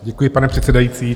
Děkuji, pane předsedající.